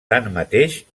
tanmateix